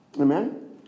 Amen